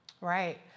Right